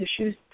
issues